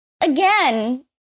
again